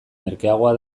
merkeagoa